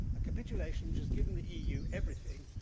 a capitulation, which has given the eu everything,